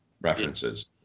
references